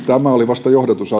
tämä oli vasta johdatus